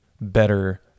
better